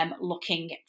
Looking